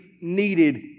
needed